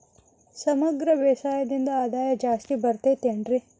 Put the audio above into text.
ಸಮಗ್ರ ಬೇಸಾಯದಿಂದ ಆದಾಯ ಜಾಸ್ತಿ ಬರತೈತೇನ್ರಿ?